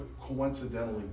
coincidentally